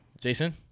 Jason